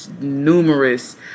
numerous